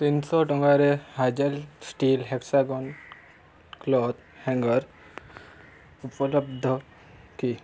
ତିନିଶହ ଟଙ୍କାରେ Hazel steel hexagon cloth hanger ଉପଲବ୍ଧ କି